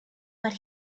but